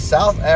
South